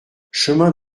chemin